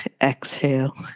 Exhale